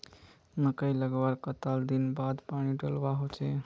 मकई लगवार कतला दिन बाद पानी डालुवा होचे?